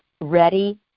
ready